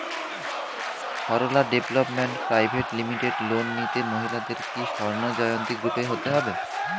Sarala development private limited loan নিতে মহিলাদের কি স্বর্ণ জয়ন্তী গ্রুপে হতে হবে?